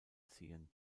ziehen